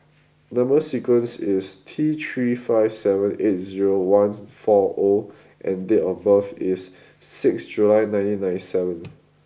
number sequence is T three five seven eight zero one four O and date of birth is sixth July nineteen ninety seven